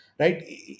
Right